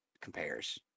compares